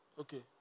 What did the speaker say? Okay